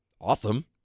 awesome